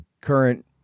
current